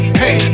hey